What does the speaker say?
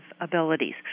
abilities